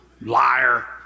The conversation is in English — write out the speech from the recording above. liar